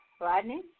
Rodney